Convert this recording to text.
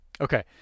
Okay